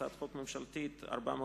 הצעת חוק ממשלתית 401,